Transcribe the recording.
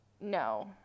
No